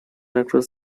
across